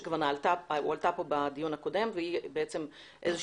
שכבר עלתה פה בדיון הקודם פשרה